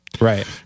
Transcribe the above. Right